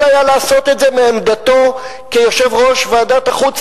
הוא יכול היה לעשות את זה מעמדתו כיושב-ראש ועדת החוץ